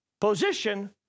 Position